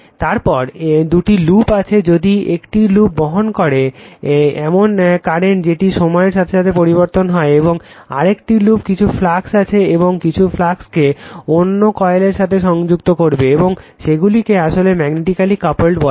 তারপরে দুটি লুপ আছে যদি একটি লুপ বহন করে এমন কারেন্ট যেটি সময়ের সাথে পরিবর্তন হয় এবং আরেকটি লুপে কিছু ফ্লাক্স আছে এবং কিছু ফ্লাক্সকে অন্য কয়েলের সাথে সংযুক্ত করবে এবং সেগুলিকে আসলে ম্যাগনেটিকালি কাপল্ড বলা হয়